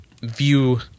view